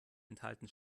enthalten